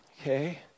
Okay